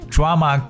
Drama